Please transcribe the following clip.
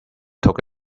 took